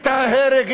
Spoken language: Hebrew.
את ההרג,